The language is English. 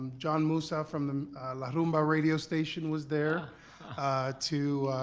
john musa from the la rumba radio station was there to